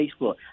Facebook